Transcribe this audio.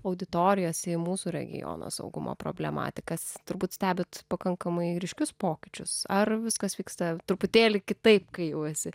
auditorijos į mūsų regiono saugumo problematiką turbūt stebit pakankamai ryškius pokyčius ar viskas vyksta truputėlį kitaip kai jau esi